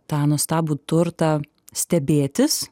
tą nuostabų turtą stebėtis